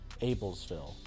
Ablesville